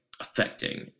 affecting